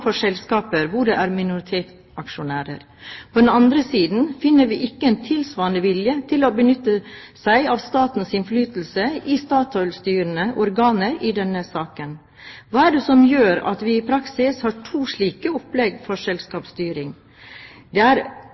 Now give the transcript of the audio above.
selskaper hvor man er minoritetsaksjonær. På den andre siden finner vi ikke en tilsvarende vilje til å benytte seg av statens innflytelse i Statoils styrende organer i denne saken. Hva er det som gjør at vi i praksis har to slike opplegg for selskapsstyring?